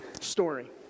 story